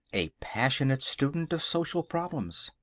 a passionate student of social problems.